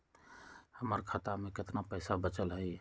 हमर खाता में केतना पैसा बचल हई?